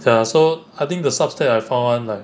ya so I think the sub stats I found one like